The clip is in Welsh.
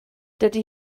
dydy